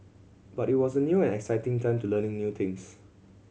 but it was a new and exciting time to learning new things